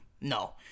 No